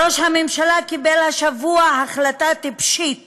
ראש הממשלה קיבל השבוע החלטה טיפשית